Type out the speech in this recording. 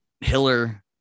Hiller